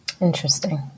Interesting